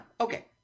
Okay